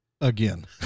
Again